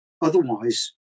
Otherwise